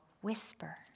whisper